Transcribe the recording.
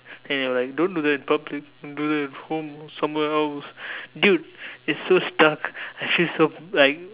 then they were like don't do that in public do that at home or somewhere else dude it's so stuck I feel so like